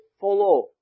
follow